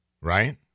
right